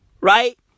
right